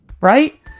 right